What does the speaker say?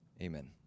Amen